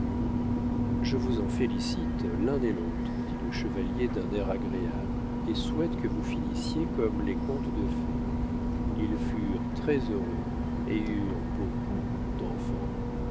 je vous en félicite l'un et l'autre dit le chevalier d'un air agréable et souhaite que vous finissiez comme les contes de fées ils furent très-heureux et eurent beau coup d'enfants